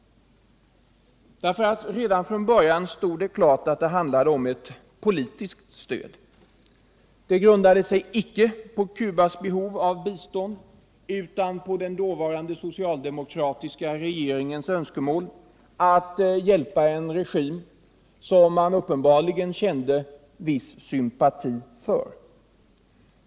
Redan från början stod det klart att det handlade om ett politiskt stöd. Det grundade sig icke på Cubas behov av bistånd utan på den dåvarande socialdemokratiska regeringens önskemål att hjälpa en regim som man uppenbarligen kände viss sympati för.